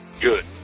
Good